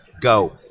Go